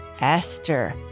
Esther